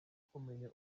kumenya